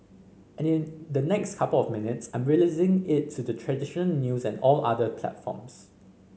and in the next couple of minutes I'm releasing it to the tradition news and all other platforms